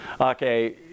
okay